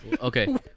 Okay